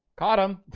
cottam